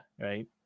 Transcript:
Right